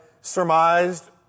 surmised